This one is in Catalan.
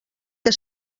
que